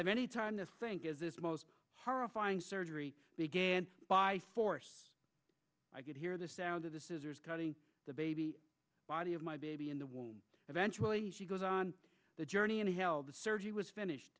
have any time to think is this most horrifying surgery began by force i could hear the sound of the scissors cutting the baby body of my baby in the womb eventually she goes on the journey into hell the surgery was finished